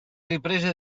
riprese